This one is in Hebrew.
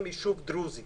יישוב דרוזי